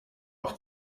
auch